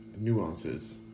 nuances